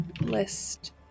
list